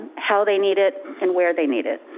how they need it and where they need it.